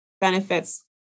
benefits